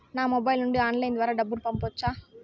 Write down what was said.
నా మొబైల్ నుండి ఆన్లైన్ ద్వారా డబ్బును పంపొచ్చా